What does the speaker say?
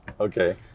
okay